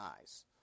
eyes